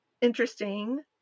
interesting